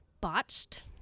botched